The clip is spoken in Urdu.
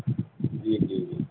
جی جی جی